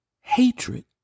hatred